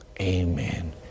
Amen